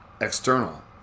external